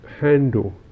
handle